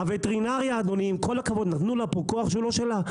עם כל הכבוד, נתנו פה כוח לווטרינריה שהוא לא שלה.